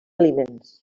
aliments